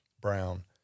brown